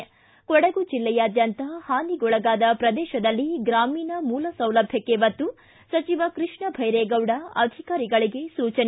ಿಂ ಕೊಡಗು ಜಿಲ್ಲೆಯಾದ್ಯಂತ ಹಾನಿಗೊಳಗಾದ ಪ್ರದೇಶದಲ್ಲಿ ಗ್ರಾಮೀಣ ಮೂಲ ಸೌಲಭ್ಯಕ್ಕ ಒತ್ತು ಸಚಿವ ಕೃಷ್ಣ ಭೈರೇಗೌಡ ಅಧಿಕಾರಿಗಳಿಗೆ ಸೂಚನೆ